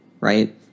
Right